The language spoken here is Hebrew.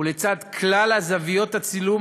ולצד כלל זוויות הצילום,